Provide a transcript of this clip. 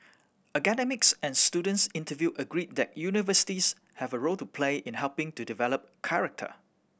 academics and students interviewed agreed that universities have a role to play in helping to develop character